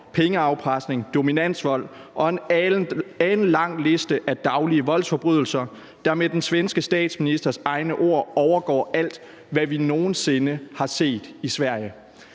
pengeafpresning, dominansvold og en alenlang liste af daglige voldsforbrydelser, der med den svenske statsministers egne ord overgår alt, hvad de nogen sinde har set i Sverige.